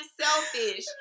selfish